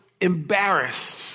embarrassed